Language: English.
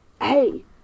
hey